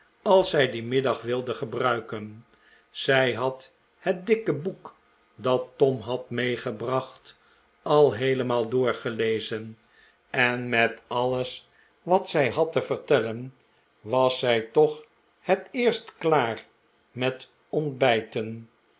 als zij dien middag wilde gebruiken zij had het dikke boek dat tom had meegebacht al heelemaal doorgelezen en met alles wat zij had te vertellen was zij toch het eerst klaar met ontbijten